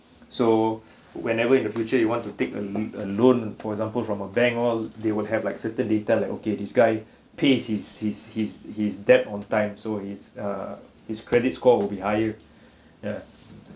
so whenever in the future you want to take a a loan for example from a bank all they would have like certain data like okay this guy pays his his his his debt on time so his uh his credit score will be higher ya